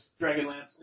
Dragonlance